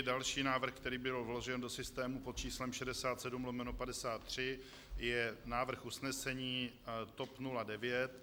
Další návrh, který byl vložen do systému pod číslem 67/53, je návrh usnesení TOP 09.